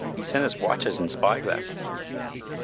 e sent us watches an spy-glasses, said he,